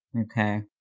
okay